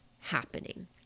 happening